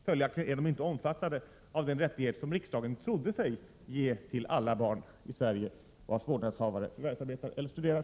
Följaktligen omfattas de inte av den rättighet som riksdagen trodde sig ge alla barn i Sverige vilkas vårdnadshavare förvärvsarbetar eller studerar.